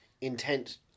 intent